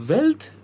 Wealth